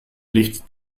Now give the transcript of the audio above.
licht